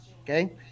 Okay